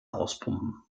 auspumpen